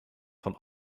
von